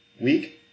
week